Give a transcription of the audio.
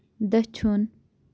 دٔچھُن